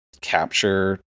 capture